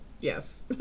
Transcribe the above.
yes